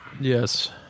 Yes